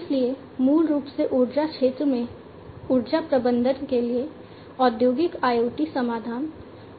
इसलिए मूल रूप से ऊर्जा क्षेत्र में ऊर्जा प्रबंधन के लिए औद्योगिक IoT समाधान